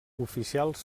oficials